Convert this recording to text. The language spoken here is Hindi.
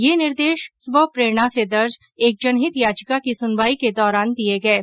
यह निर्देश स्वप्रेरणा से दर्ज एक जनहित याचिका की सुनवाई के दौरान दिये गये